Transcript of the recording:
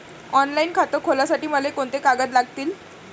Online खातं खोलासाठी मले कोंते कागद लागतील?